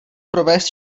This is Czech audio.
provést